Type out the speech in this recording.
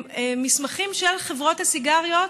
אלה מסמכים של חברות הסיגריות